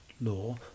law